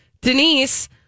Denise